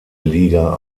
liga